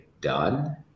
done